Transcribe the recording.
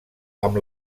amb